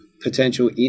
Potential